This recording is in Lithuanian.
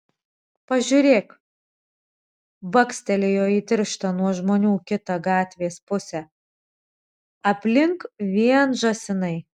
pažiūrėk bakstelėjo į tirštą nuo žmonių kitą gatvės pusę aplink vien žąsinai